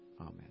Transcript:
Amen